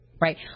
right